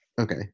Okay